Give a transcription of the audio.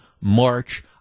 March